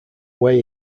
way